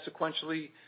sequentially